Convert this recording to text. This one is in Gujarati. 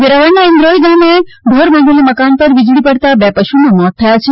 વેરાવળના ઇન્દ્રોઈ ગામે ઢોર બાંધેલા મકાન ઉપર વીજળી પડતાં બે પશુના મોત થયા છે